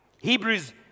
Hebrews